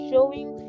showing